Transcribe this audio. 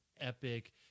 epic